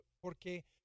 porque